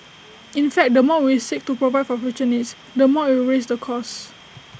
in fact the more we seek to provide for future needs the more IT will raise the cost